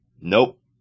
nope